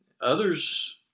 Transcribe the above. Others